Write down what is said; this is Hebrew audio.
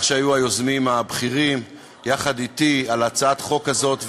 שהיו היוזמים הבכירים יחד אתי של הצעת החוק הזאת.